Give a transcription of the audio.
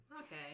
Okay